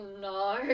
no